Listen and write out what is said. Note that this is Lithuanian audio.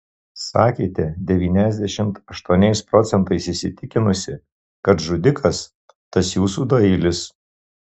sakėte devyniasdešimt aštuoniais procentais įsitikinusi kad žudikas tas jūsų doilis